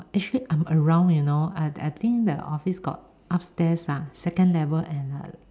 uh actually I'm around you know I think the office got upstairs ah second level and a